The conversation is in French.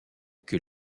que